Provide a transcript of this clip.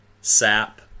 sap